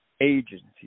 agencies